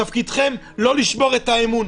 תפקידכם לא לשבור את האמון.